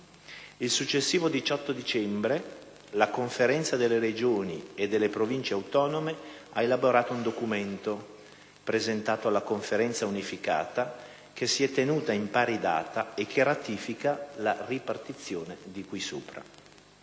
Il successivo 18 dicembre, la Conferenza delle Regioni e delle Province autonome ha elaborato un documento, presentato alla Conferenza unificata che si è tenuta in pari data e che ratifica la ripartizione di cui sopra.